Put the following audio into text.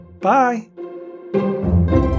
Bye